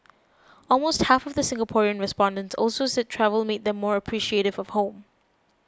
almost half of the Singaporean respondents also said travel made them more appreciative of home